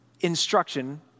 instruction